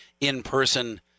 in-person